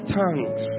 tongues